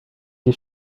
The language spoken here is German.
die